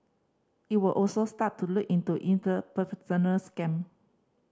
it will also start to look into in the scam